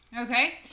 Okay